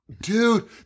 dude